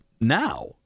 now